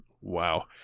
Wow